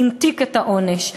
המתיק את העונש.